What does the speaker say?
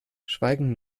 schweigend